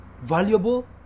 valuable